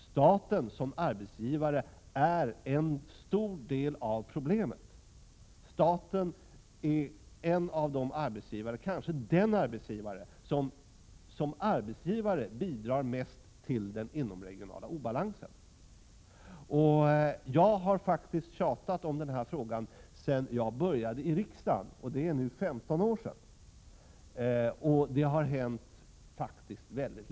Staten som arbetsgivare är en stor del av problemet. Staten är en av de arbetsgivare — kanske den arbetsgivare — som bidrar mest till den inomregionala obalansen. Jag har faktiskt tjatat om den här frågan sedan jag började i riksdagen — för 15 år sedan — och det har hänt väldigt litet.